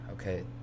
okay